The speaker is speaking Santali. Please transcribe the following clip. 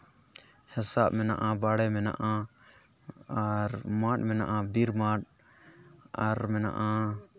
ᱦᱮᱥᱟᱜ ᱢᱮᱱᱟᱜᱼᱟ ᱵᱟᱲᱮ ᱢᱮᱱᱟᱜᱼᱟ ᱟᱨ ᱢᱟᱫ ᱢᱮᱱᱟᱜᱼᱟ ᱵᱤᱨ ᱢᱟᱫ ᱟᱨ ᱢᱮᱱᱟᱜᱼᱟ